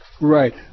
Right